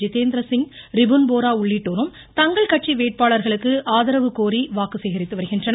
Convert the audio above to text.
ஜிதேந்திரசிங் ரிபுன் போரா உள்ளிட்டோரும் தங்கள் கட்சி வேட்பாளர்களுக்கு ஆதரவு கோரி வாக்கு சேகரித்து வருகின்றனர்